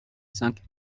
cinq